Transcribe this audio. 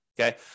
Okay